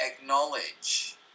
acknowledge